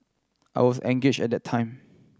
I was engage at that time